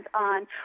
on